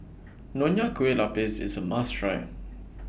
Nonya Kueh Lapis IS A must Try